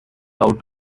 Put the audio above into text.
out